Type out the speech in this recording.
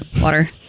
water